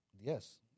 Yes